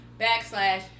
backslash